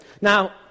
Now